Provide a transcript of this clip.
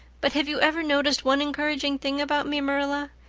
but have you ever noticed one encouraging thing about me, marilla?